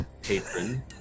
patron